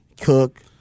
Cook